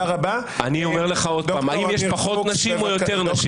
האם יש פחות נשים או יותר נשים?